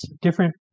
different